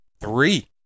three